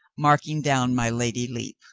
marking down my lady lepe.